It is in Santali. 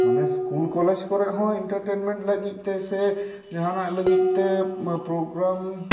ᱢᱟᱱᱮ ᱤᱥᱠᱩᱞ ᱠᱚᱞᱮᱡ ᱠᱚᱨᱮ ᱦᱚᱸ ᱤᱱᱴᱟᱨᱴᱮᱰᱢᱮᱱ ᱞᱟᱹᱜᱤᱫ ᱛᱮ ᱥᱮ ᱡᱟᱦᱟᱸ ᱱᱟᱜ ᱞᱟᱹᱜᱤᱫ ᱛᱮ ᱵᱟ ᱯᱨᱳᱜᱨᱟᱢ